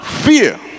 fear